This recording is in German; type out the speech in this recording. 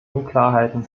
unklarheiten